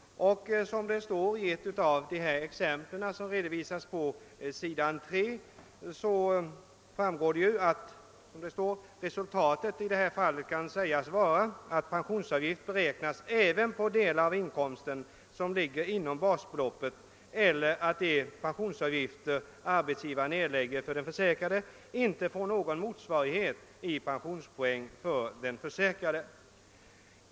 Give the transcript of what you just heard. Av ett av de anförda exemplen framgår att »resultatet i detta fall kan sägas vara, att pensionsavgift beräknas även på delar av inkomsten, som ligger inom basbeloppet, eller att de pensionsavgifter arbetsgivaren erlägger för den försäkrade inte får någon motsvarighet i pensionspoäng för den: försäkrade».